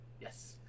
Yes